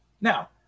Now